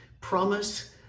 promise